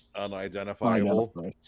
unidentifiable